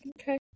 Okay